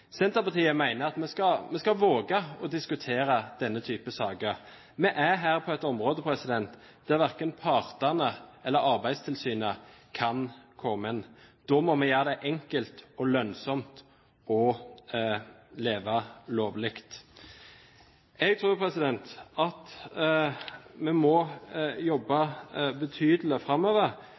Senterpartiet mener at vi skal våge å diskutere denne typen saker. Vi er her på et område hvor verken partene eller Arbeidstilsynet kan komme inn. Da må vi gjøre det enkelt og lønnsomt å leve lovlig. Jeg tror at vi må jobbe betydelig framover